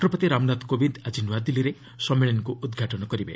ରାଷ୍ଟ୍ରପତି ରାମନାଥ କୋବିନ୍ଦ ଆଜି ନୂଆଦିଲ୍ଲୀରେ ସମ୍ମିଳନୀକୁ ଉଦ୍ଘାଟନ କରିବେ